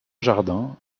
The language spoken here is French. jardins